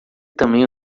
também